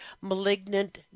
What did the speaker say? malignant